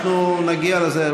אנחנו נגיע לזה.